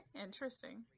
Interesting